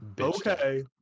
Okay